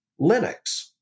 Linux